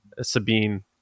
Sabine